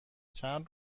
چند